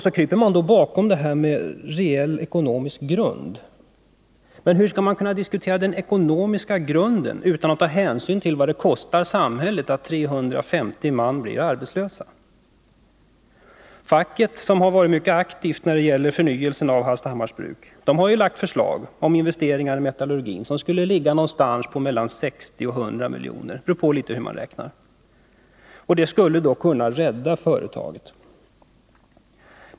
Så kryper man då bakom talet om en reell ekonomisk grund. Men hur skall man kunna diskutera den ekonomiska grunden utan att ta hänsyn till vad det kostar samhället att 350 man blir arbetslösa? Facket, som varit aktivt när det gäller förnyelsen av Hallstahammars bruk, har föreslagit investeringar i metallurgin som skulle ligga någonstans på mellan 60 och 100 milj.kr. — det beror litet på hur man räknar. Det skulle då kunna rädda företaget.